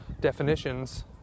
definitions